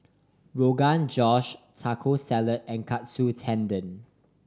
Rogan Josh Taco Salad and Katsu Tendon